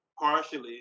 Partially